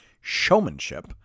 showmanship